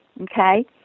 Okay